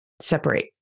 separate